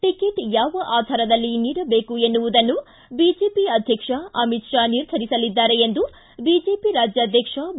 ticket ಯಾವ ಆಧಾರದಲ್ಲಿ ನೀಡಬೇಕು ಎನ್ನುವುದನ್ನು ಬಿಜೆಪಿ ಅಧ್ಯಕ್ಷ ಅಮಿತ್ ಷಾ ನಿರ್ಧರಿಸಲಿದ್ದಾರೆ ಎಂದು ಬಿಜೆಪಿ ರಾಜ್ಯಾಧ್ಯಕ್ಷ ಬಿ